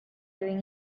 doing